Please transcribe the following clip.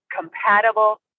compatible